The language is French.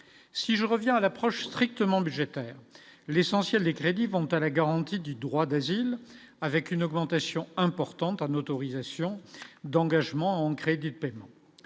si je reviens à l'approche strictement budgétaires l'essentiel des crédits vont à la garantie du droit d'asile, avec une augmentation importante en autorisations d'engagement en crédits de paiement